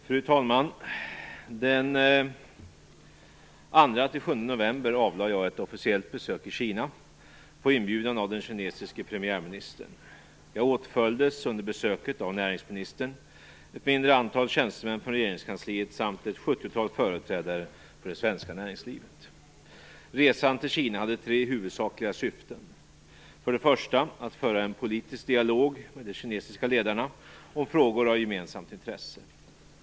Fru talman! Den 2-7 november avlade jag ett officiellt besök Kina på inbjudan av den kinesiske premiärministern. Jag åtföljdes under besöket av näringsministern, ett mindre antal tjänstemän från regeringskansliet samt ett sjuttiotal företrädare för det svenska näringslivet. Resan till Kina hade tre huvudsakliga syften. För det första att föra en politisk dialog med de kinesiska ledarna om frågor av gemensamt intresse.